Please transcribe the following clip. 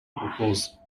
purpose